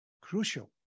Crucial